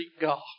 God